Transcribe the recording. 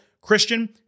Christian